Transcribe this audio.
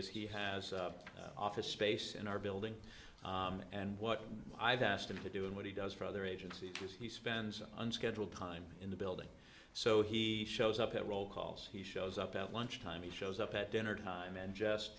as he has office space in our building and what i've asked him to do and what he does for other agencies is he spends an unscheduled time in the building so he shows up at roll calls he shows up at lunchtime he shows up at dinner time and just